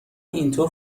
اینطور